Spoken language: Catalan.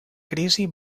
crisi